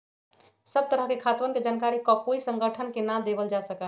सब तरह के खातवन के जानकारी ककोई संगठन के ना देवल जा सका हई